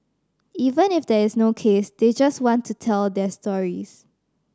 even if there is no case they just want to tell their stories